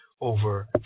over